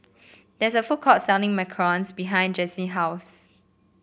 there is a food court selling macarons behind Jaslene's house